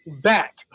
back